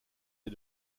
est